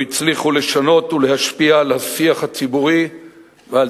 לא הצליחו לשנות ולהשפיע על השיח הציבורי ועל